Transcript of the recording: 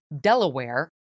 Delaware